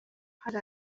hari